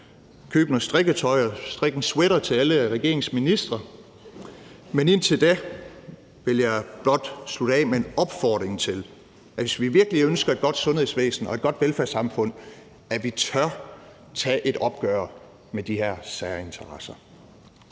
købe noget strikketøj og strikke en sweater til alle regeringens ministre. Men indtil da vil jeg blot som afslutning komme med en opfordring om, at vi, hvis vi virkelig ønsker et godt sundhedsvæsen og et godt velfærdssamfund, skal turde tage et opgør med de her særinteresser.